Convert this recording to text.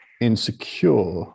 insecure